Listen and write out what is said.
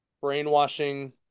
brainwashing